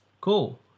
cool